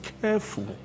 careful